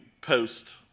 post